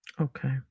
Okay